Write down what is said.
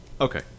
Okay